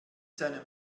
seinem